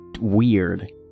weird